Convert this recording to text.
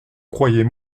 croyez